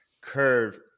Curve